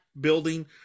building